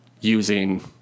using